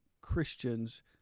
Christians